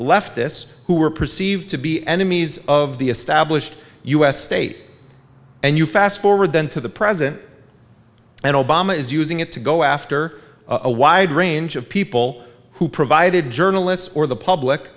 leftists who were perceived to be enemies of the established u s state and you fast forward then to the present and obama is using it to go after a wide range of people who provided journalists or the